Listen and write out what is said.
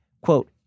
quote